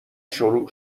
شروع